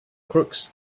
crooks